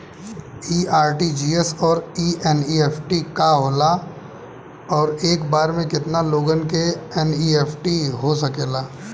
इ आर.टी.जी.एस और एन.ई.एफ.टी का होला और एक बार में केतना लोगन के एन.ई.एफ.टी हो सकेला?